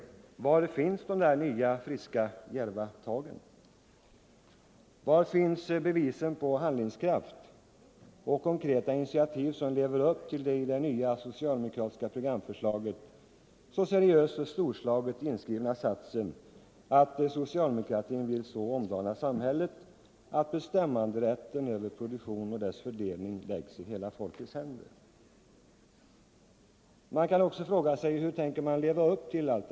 Var finns de nya friska och djärva tagen? Var finns bevisen på handlingskraft, på konkreta initiativ som lever upp till den i det nya socialdemokratiska programförslaget så seriöst och storslaget inskrivna satsen, att social Nr 129 demokratin vill så omdana samhället att bestämmanderätten över pro Onsdagen den duktionen och dess fördelning läggs i hela folkets händer? Hur tänker 27 november 1974 man leva upp till detta?